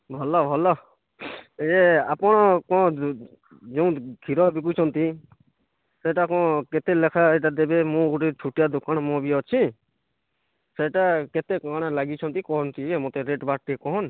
ଭଲ ଭଲ ଏ ଆପଣ କ'ଣ ଯୋଉଁ କ୍ଷୀର ବିକୁଛନ୍ତି ସେଇଟା କ'ଣ କେତେ ଲେଖାଁ ଦେବେ ମୁଁ ଗୋଟେ ଛୋଟିଆ ଦୋକାନ ମୁଁ ବି ଅଛି ସେଟା କେତେ କ'ଣ ଲାଗିଛନ୍ତି କ'ଣ ଟିକେ ରେଟ୍ ବାଟ୍ କହୁନ୍